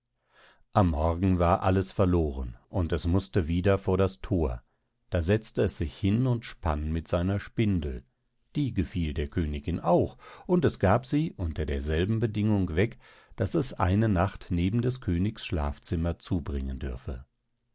am morgen war alles verloren und es mußte wieder vor das thor da setzte es sich hin und spann mit seiner spindel die gefiel der königin auch und es gab sie unter derselben bedingung weg daß es eine nacht neben des königs schlafzimmer zubringen dürfe